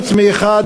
חוץ מאחד,